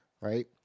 right